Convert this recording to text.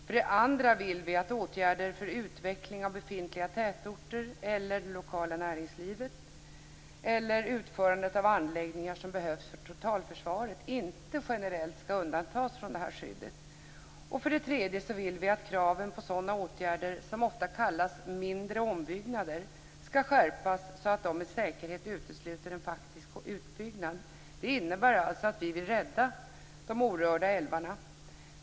För det andra vill vi att åtgärder för utveckling av befintliga tätorter eller det lokala näringslivet eller utförandet av anläggningar som behövs för totalförsvaret inte generellt skall undantas från detta skydd. För det tredje vill vi att kraven på sådana åtgärder, som ofta kallas mindre ombyggnader, skall skärpas så att de med säkerhet utesluter en faktisk utbyggnad. Det innebär alltså att vi vill rädda de orörda älvarna.